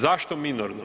Zašto minorno?